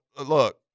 look